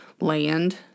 land